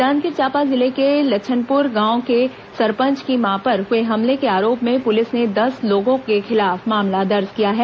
जाजंगीर चांपा जिले के लछनपुर गांव के सरपंच की मां पर हुए हमले के आरोप में पुलिस ने दस लोगों के खिलाफ मामला दर्ज किया है